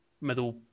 middle